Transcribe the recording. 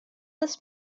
this